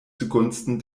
zugunsten